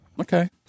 Okay